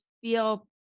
feel